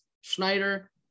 Schneider